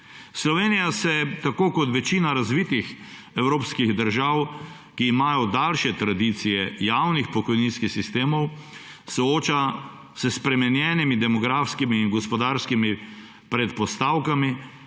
Slovenija se tako kot večina razvitih evropskih držav, ki imajo daljše tradicije javnih pokojninskih sistemov, sooča s spremenjenimi demografskimi in gospodarskimi predpostavkami